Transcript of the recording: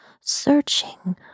searching